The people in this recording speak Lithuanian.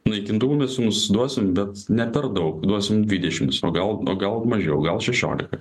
naikintuvų mes jums duosim bet ne per daug duosim dvidešimts o gal o gal mažiau gal šešiolika